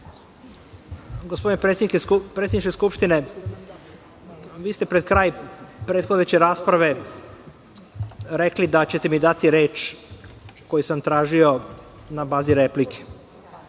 27.Gospodine predsedniče Skupštine, vi ste pred kraj prethodeće rasprave rekli da ćete mi dati reč koju sam tražio na bazi replike.